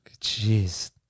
Jeez